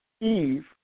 Eve